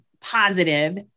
positive